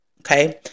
okay